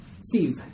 Steve